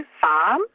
farm